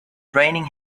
raining